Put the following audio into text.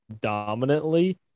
dominantly